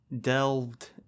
delved